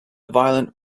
violent